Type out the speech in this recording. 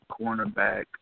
cornerback